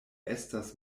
estas